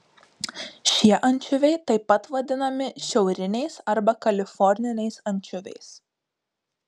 šie ančiuviai taip pat vadinami šiauriniais arba kaliforniniais ančiuviais